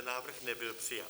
Návrh nebyl přijat.